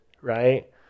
right